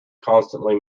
constantly